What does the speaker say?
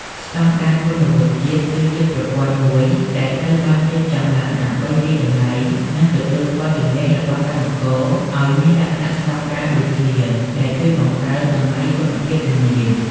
ស្តង់ដារគុណវុឌ្ឍិជាតិ គឺជាប្រព័ន្ធមួយដែលត្រូវបានរៀបចំឡើងដើម្បីវាយតម្លៃ និងទទួលស្គាល់ជំនាញរបស់កម្មករឱ្យមានលក្ខណៈស្តង់ដារដូចគ្នា ដែលជួយបង្កើនតម្លៃគុណភាពជំនាញ។